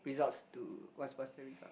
results to what's what's the result